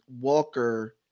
Walker